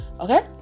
okay